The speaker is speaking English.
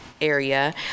area